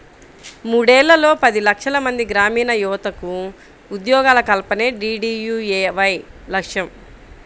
మూడేళ్లలో పది లక్షలమంది గ్రామీణయువతకు ఉద్యోగాల కల్పనే డీడీయూఏవై లక్ష్యం